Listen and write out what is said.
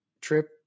trip